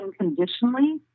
unconditionally